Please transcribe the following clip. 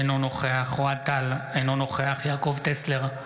אינו נוכח אוהד טל, אינו נוכח יעקב טסלר,